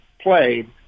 played